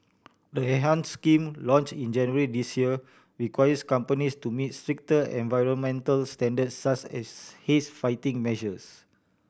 the enhance scheme launch in January this year requires companies to meet stricter and environmental standards such as haze fighting measures